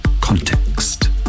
context